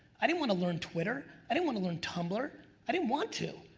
i didn't want to learn twitter. i didn't want to learn tumblr. i didn't want to.